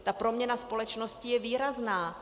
Ta proměna společnosti je výrazná.